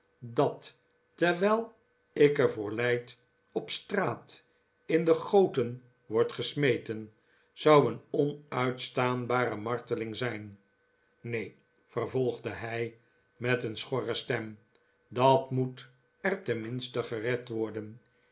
dat terwijl ik er voor lijd op straat in de goten wordt gesmeteh zou een onuitstaanbare marteling zijn neen vervolgde hij met een schorre stem dat moet er tenminste gered worden